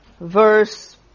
verse